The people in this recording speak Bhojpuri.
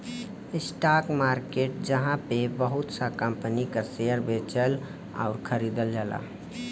स्टाक मार्केट जहाँ पे बहुत सा कंपनी क शेयर बेचल आउर खरीदल जाला